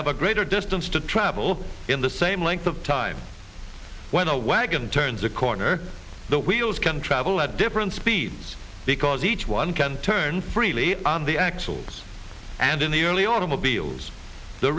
have a greater distance to travel in the same length of time when a wagon turns a corner the wheels can travel at different speeds because each one can turn freely on the axles and in the early automobiles the